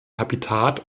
habitat